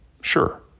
Sure